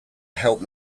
help